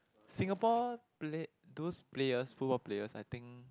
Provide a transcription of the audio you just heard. Singapore play those players football players I think